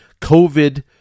COVID